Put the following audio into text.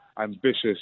ambitious